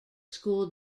school